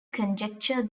conjecture